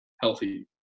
healthy